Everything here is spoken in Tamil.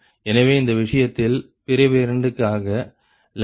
எனவே இந்த விஷயத்தில் பிரிவு இரண்டுக்காக 0